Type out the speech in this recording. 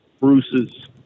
Bruce's